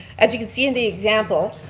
as you can see in the example,